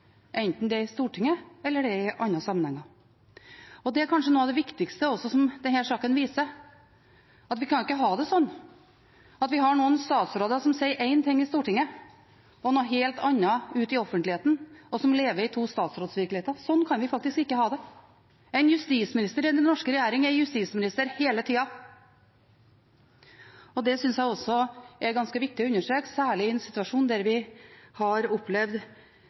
enten det er i Stortinget eller i andre sammenhenger. Det er kanskje også noe av det viktigste denne saken viser, at vi ikke kan ha det slik at vi har noen statsråder som sier én ting i Stortinget og noe helt annet ute i offentligheten, og som lever i to statsrådsvirkeligheter. Slik kan vi faktisk ikke ha det. En justisminister i den norske regjeringen er justisminister hele tida. Det synes jeg også er ganske viktig å understreke, særlig i en situasjon der vi har opplevd